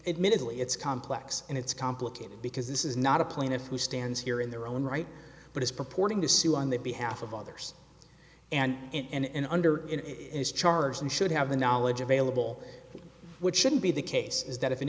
admittedly it's complex and it's complicated because this is not a plaintiff who stands here in their own right but is purporting to sue on the behalf of others and under it is charged and should have the knowledge available which shouldn't be the case is that if an